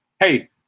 Hey